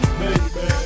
baby